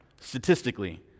statistically